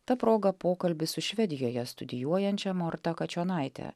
ta proga pokalbis su švedijoje studijuojančia morta kačionaite